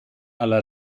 alla